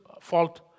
fault